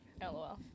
LOL